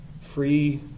Free